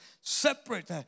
Separate